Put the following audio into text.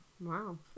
Wow